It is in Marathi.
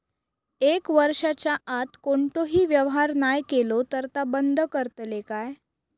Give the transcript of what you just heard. एक वर्षाच्या आत कोणतोही व्यवहार नाय केलो तर ता बंद करतले काय?